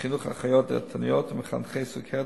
לחינוך אחיות דיאטניות ומחנכי סוכרת.